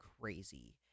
crazy